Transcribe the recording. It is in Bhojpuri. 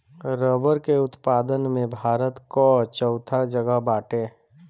रबड़ के उत्पादन में भारत कअ चउथा जगह बाटे